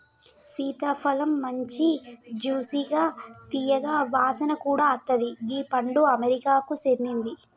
సీతాఫలమ్ మంచి జ్యూసిగా తీయగా వాసన కూడా అత్తది గీ పండు అమెరికాకు సేందింది